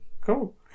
cool